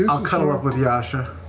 yeah i'll cuddle up with yasha.